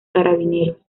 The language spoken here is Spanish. carabineros